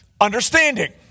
understanding